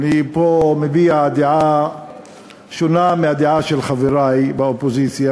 אני פה מביע דעה שונה מהדעה של חברי באופוזיציה,